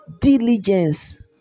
diligence